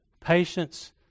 patience